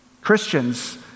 Christians